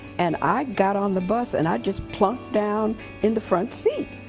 and i got on the bus and i just plunked down in the front seat,